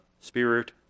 spirit